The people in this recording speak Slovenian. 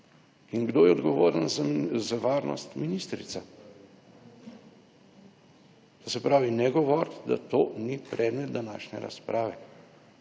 In kdo je odgovoren za varnost? Ministrica. To se pravi, ne govoriti, da to ni predmet današnje razprave.